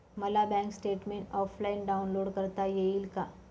मला bank statement offline download करता येईल का?